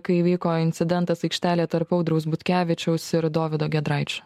kai įvyko incidentas aikštelėje tarp audriaus butkevičiaus ir dovydo giedraičio